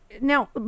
Now